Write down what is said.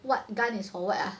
what gun is for what !huh!